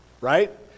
right